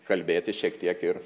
kalbėtis šiek tiek ir